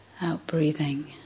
out-breathing